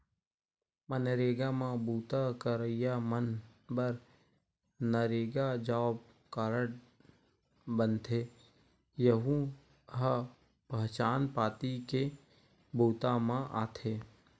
मनरेगा म बूता करइया मन बर नरेगा जॉब कारड बनथे, यहूं ह पहचान पाती के बूता म आथे